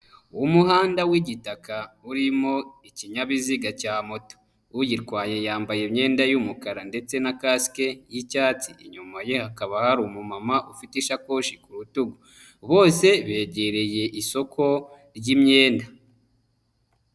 Umuhanda w'igitaka urimo ikinyabiziga cya moto, uyitwaye yambaye imyenda y'umukara ndetse na kasike y'icyatsi, inyuma ye hakaba hari umumama ufite ishakoshi ku rutugu, bose begereye isoko ry'imyenda.